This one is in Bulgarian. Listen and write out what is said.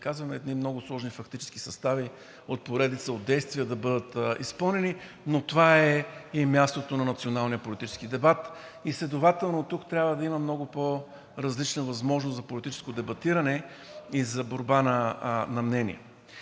казваме, едни много сложни фактически състави на поредица от действия да бъдат изпълнени, но това е и мястото на националния политически дебат. Следователно тук трябва да има много по-различна възможност за политическо дебатиране и за борба на мнения.